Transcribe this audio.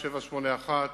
781,